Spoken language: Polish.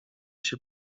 się